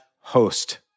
host